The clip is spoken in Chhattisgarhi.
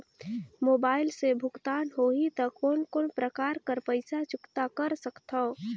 मोबाइल से भुगतान होहि त कोन कोन प्रकार कर पईसा चुकता कर सकथव?